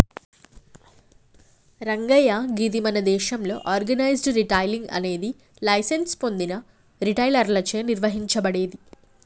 రంగయ్య గీది మన దేసంలో ఆర్గనైజ్డ్ రిటైలింగ్ అనేది లైసెన్స్ పొందిన రిటైలర్లచే నిర్వహించబడేది